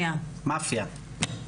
מאפייה.